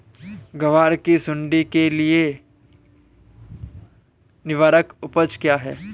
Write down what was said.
ग्वार की सुंडी के लिए निवारक उपाय क्या है?